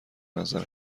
نظر